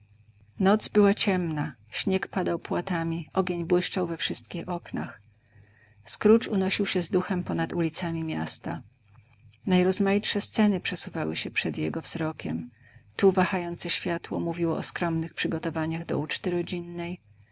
noc była ciemna śnieg padał płatami ogień błyszczał we wszystkich oknach scrooge unosił się z duchem ponad ulicami miasta najrozmaitsze sceny przesuwały się przed jego wzrokiem tu wahające światło mówiło o skromnych przygotowaniach do